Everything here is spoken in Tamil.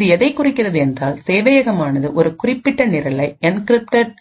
இது எதைக் குறிக்கிறது என்றால் சேவையகமானது ஒரு குறிப்பிட்ட நிரலை என்கிரிப்டட்